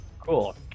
cool